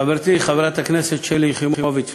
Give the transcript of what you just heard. חברתי חברת הכנסת שלי יחימוביץ,